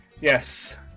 Yes